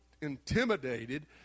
intimidated